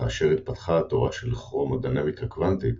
וכאשר התפתחה התורה של כרומודינמיקה קוונטית,